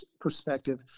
perspective